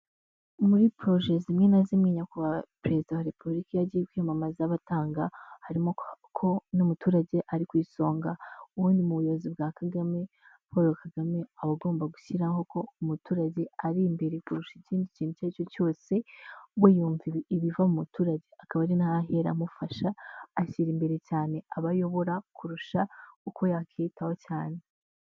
Muri proje zimwe na zimwe nyakubahwa perezida wa repubulika agiye kwiyamamaza batanga harimo ko n'umuturage ari ku isonga ubundi mu buyobozi bwa Kagame Paul Kagame aba agomba gushyiraho ko umuturage ari imbere kurusha ikindi kintu icyo ari cyo cyose we yumva ibiva muturage akaba ari naho ahera amufasha ashyira imbere cyane abo ayobora kurusha uko yakwiyitaho cyane.